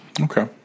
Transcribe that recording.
Okay